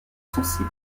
sensible